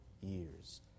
years